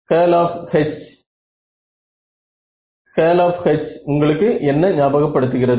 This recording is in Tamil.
curl of H curl of H உங்களுக்கு என்ன ஞாபக படுத்துகிறது